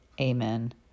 Amen